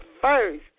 first